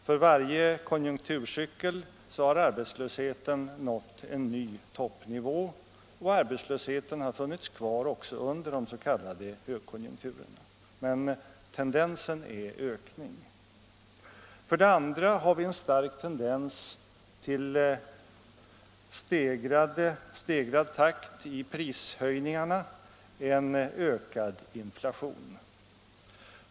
För varje konjunkturcykel har arbetslösheten nått en ny toppnivå, och arbetslösheten har funnits kvar också under de s.k. högkonjunkturerna. Men tendensen är ökning. För det andra finns det en stark tendens till stegrad takt i prishöjningarna, en ökad inflation.